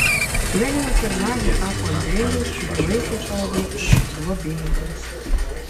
leninas ir nadia tapo andrejaus kurį laikė savo vaiku globėjais